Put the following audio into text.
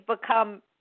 become